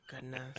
goodness